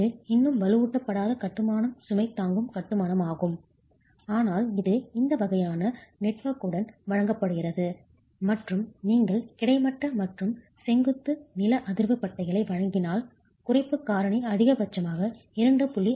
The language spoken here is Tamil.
இது இன்னும் வலுவூட்டப்படாத கட்டுமானம் சுமை தாங்கும் கட்டுமானமாகும் ஆனால் இது இந்த வகையான நெட்வொர்க்குடன் வழங்கப்படுகிறது மற்றும் நீங்கள் கிடைமட்ட மற்றும் செங்குத்து நில அதிர்வு பட்டைகளை வழங்கினால் குறைப்பு காரணி அதிகபட்சமாக 2